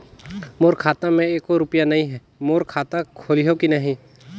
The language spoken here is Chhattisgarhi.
मोर खाता मे एको रुपिया नइ, मोर खाता खोलिहो की नहीं?